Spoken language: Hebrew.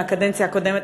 מהקדנציה הקודמת,